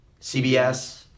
CBS